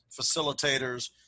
facilitators